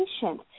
patient